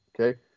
okay